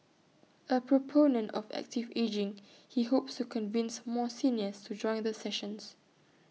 A proponent of active ageing he hopes to convince more seniors to join the sessions